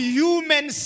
human